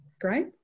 great